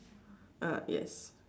uh yes